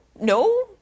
No